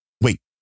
wait